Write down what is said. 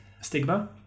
stigma